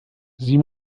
sie